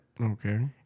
Okay